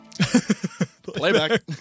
Playback